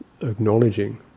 acknowledging